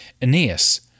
Aeneas